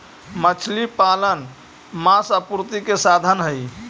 मछली पालन मांस आपूर्ति के साधन हई